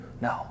No